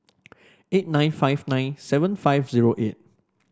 eight nine five nine seven five zero eight